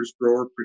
grower